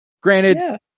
Granted